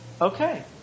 Okay